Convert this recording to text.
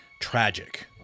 tragic